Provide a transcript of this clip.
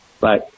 Bye